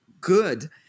good